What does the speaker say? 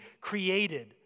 created